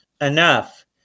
enough